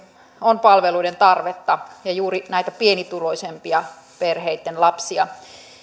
on palveluiden tarvetta ja juuri näitä pienituloisempien perheitten lapsia